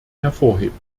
hervorheben